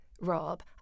Rob